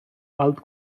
alt